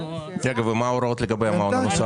ומה ההוראות לגבי המעון הנוסף?